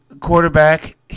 quarterback